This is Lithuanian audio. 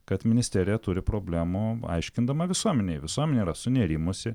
kad ministerija turi problemų aiškindama visuomenei visuomenė yra sunerimusi